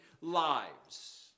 lives